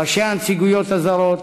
ראשי הנציגויות הזרות,